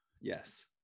yes